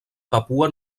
papua